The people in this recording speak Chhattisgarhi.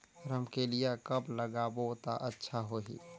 रमकेलिया कब लगाबो ता अच्छा होही?